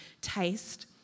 Taste